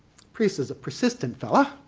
priest is a persistent fellow,